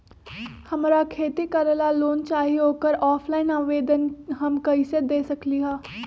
हमरा खेती करेला लोन चाहि ओकर ऑफलाइन आवेदन हम कईसे दे सकलि ह?